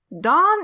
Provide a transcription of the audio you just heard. Don